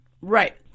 Right